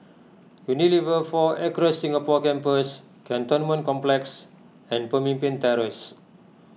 Unilever four Acres Singapore Campus Cantonment Complex and Pemimpin Terrace